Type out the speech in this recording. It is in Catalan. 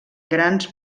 grans